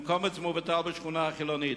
הם קומץ מבוטל בשכונה החילונית,